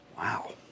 Wow